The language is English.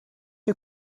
you